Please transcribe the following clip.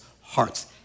hearts